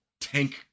tank